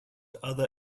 other